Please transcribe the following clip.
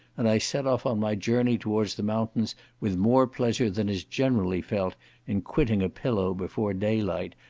and i set off on my journey towards the mountains with more pleasure than is generally felt in quitting a pillow before daylight,